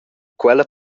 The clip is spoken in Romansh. quella